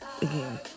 again